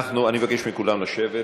אני מבקש מכולם לשבת.